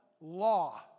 law